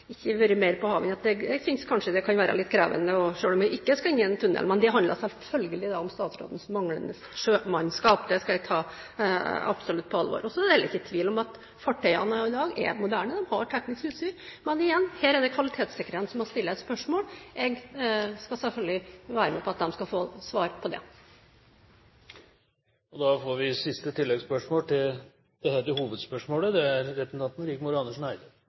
ikke vært mer på havet enn at jeg kanskje synes det kan være litt krevende selv om en ikke skal inn i en tunnel. Men det handler selvfølgelig om statsrådens manglende sjømannskap. Det skal jeg ta på absolutt alvor. Så er det ikke tvil om at fartøyene i dag er moderne og har teknisk utstyr. Men igjen: Her er det kvalitetssikrerne som må stille spørsmål. Jeg skal selvfølgelig være med på at de får svar på det. Rigmor Andersen Eide – til oppfølgingsspørsmål. Jeg har hørt statsrådens svar når det gjelder bekymringen for skippernes kompetanse og mulighet for å treffe tunnelåpningen. Det